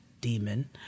demon